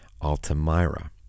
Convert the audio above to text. altamira